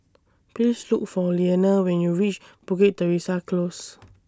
Please Look For Liana when YOU REACH Bukit Teresa Close